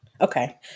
Okay